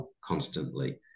constantly